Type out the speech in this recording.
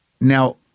Now